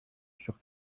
sur